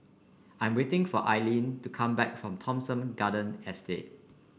I am waiting for Aleen to come back from Thomson Garden Estate